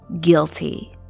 Guilty